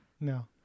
No